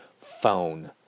phone